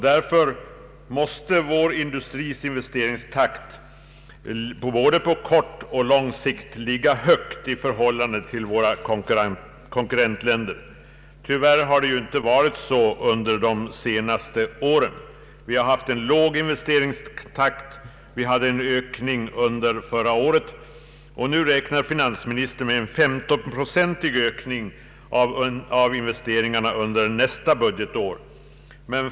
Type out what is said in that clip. Därför måste investeringstakten inom vår industri, både på kort och lång sikt, ligga högt i förhållande till våra konkurrentländer. Tyvärr har så inte varit fallet under de senaste åren. Vi har haft en låg investeringstakt. Investeringarna ökade något under förra året, och nu räknar finansministern med en 15-procentig ökning av investeringarna under nästa budgetar.